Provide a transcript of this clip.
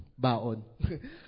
Baon